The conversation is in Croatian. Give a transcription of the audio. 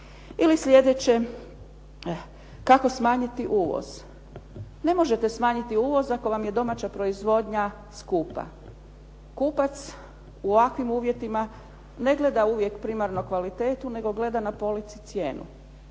Ili slijedeće kako smanjiti uvoz. Ne možete smanjiti uvoz ako vam je domaća proizvodnja skupa. Kupac u ovakvim uvjetima ne gleda uvijek primarno kvalitetu, nego gleda na polici cijenu.